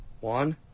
One